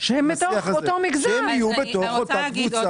שיהיו באותה קבוצה.